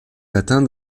atteinte